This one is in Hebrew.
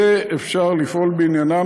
יהיה אפשר לפעול בעניינם,